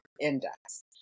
index